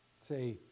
say